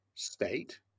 state